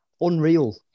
Unreal